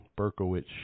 Berkowitz